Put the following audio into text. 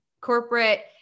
corporate